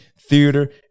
theater